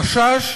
החשש